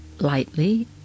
lightly